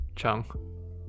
Chung